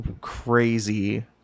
crazy